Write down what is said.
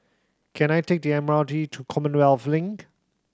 can I take the M R T to Commonwealth Link